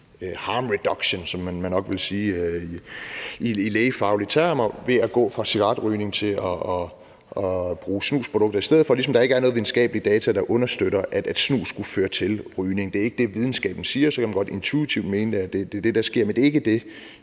harm reduction, som man nok ville sige i lægefaglige termer, ved at gå fra cigaretrygning til at bruge snusprodukter i stedet for, ligesom der ikke er nogen videnskabelige data, der understøtter, at snus skulle føre til rygning. Det er ikke det, som videnskaben siger. Så kan man godt intuitivt mene, at det er det, der sker, men det er ikke det,